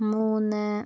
മൂന്ന്